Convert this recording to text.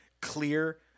clear